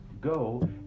Go